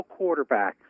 quarterbacks